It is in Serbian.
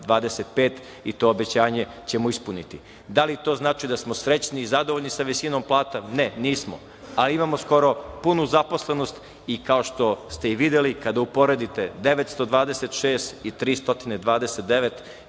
2025, i to obećanje ćemo ispuniti. Da li to znači da smo srećni i zadovoljni sa visinom plata, ne nismo, ali imamo skoro punu zaposlenost i kao što ste videli kada uporedite 926 i 329